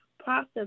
process